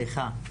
סליחה,